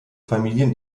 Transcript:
familien